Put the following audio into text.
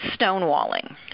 stonewalling